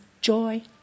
joy